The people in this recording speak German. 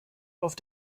auf